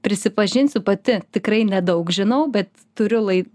prisipažinsiu pati tikrai nedaug žinau bet turiu lai